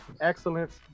excellence